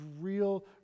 real